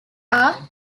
are